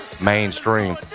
mainstream